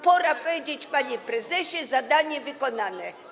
Pora powiedzieć, panie prezesie: zadanie wykonane.